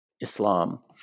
Islam